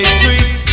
treat